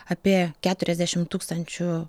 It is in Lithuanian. apie keturiasdešimt tūkstančių